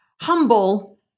humble